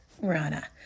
Rana